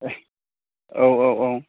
ए औ औ औ